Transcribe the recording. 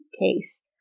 case